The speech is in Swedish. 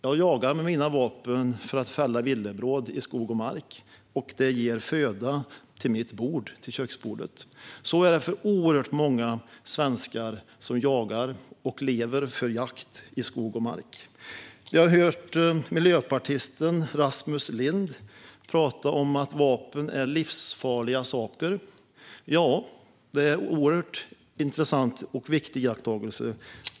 Jag jagar med mina vapen för att fälla villebråd i skog och mark, och det ger föda på mitt köksbord. Så är det för oerhört många svenskar som jagar och lever för jakt i skog och mark. Jag har hört miljöpartisten Rasmus Ling prata om att vapen är livsfarliga saker. Ja, det är en oerhört intressant och viktig iakttagelse.